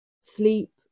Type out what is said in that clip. sleep